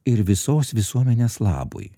ir visos visuomenės labui